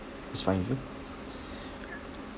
that's fine with you